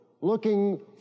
looking